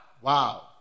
wow